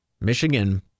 Michigan